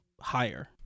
higher